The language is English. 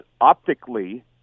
optically